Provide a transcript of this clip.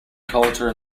culture